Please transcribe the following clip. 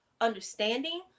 understanding